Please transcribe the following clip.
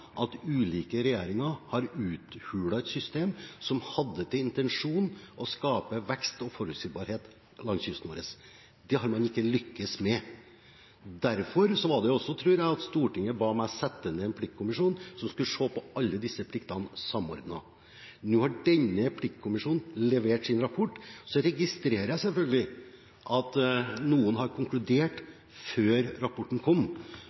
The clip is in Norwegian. at ulike regjeringer har uthulet et system som hadde til intensjon å skape vekst og forutsigbarhet langs kysten vår. Det har man ikke lykkes med. Derfor var det også, tror jeg, at Stortinget ba meg sette ned en pliktkommisjon, som skulle se på alle disse pliktene samordnet. Nå har denne pliktkommisjonen levert sin rapport. Så registrerer jeg selvfølgelig at noen har konkludert før rapporten kom.